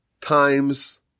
times